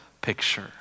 picture